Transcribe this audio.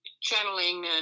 channeling